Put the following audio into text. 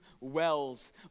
wells